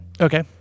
Okay